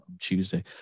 Tuesday